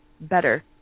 better